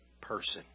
person